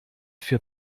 für